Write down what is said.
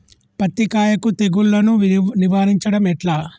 పత్తి కాయకు తెగుళ్లను నివారించడం ఎట్లా?